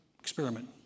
experiment